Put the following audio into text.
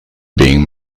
being